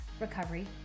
Recovery